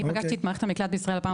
אני פגשתי את מערכת המקלט בישראל בפעם